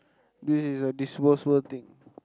this is a disposable thing